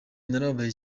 narababaye